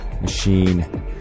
Machine